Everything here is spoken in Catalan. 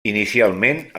inicialment